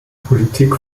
politik